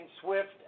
swift